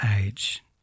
age